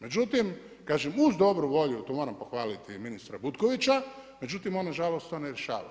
Međutim kažem uz dobru volju, tu moram pohvaliti i ministra Butkovića, međutim on nažalost to ne rješava.